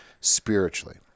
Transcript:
spiritually